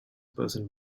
person